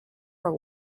her